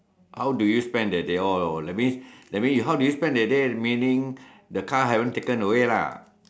how do you spend that day oh oh that means that means how do you spend that day meaning the car haven't taken away lah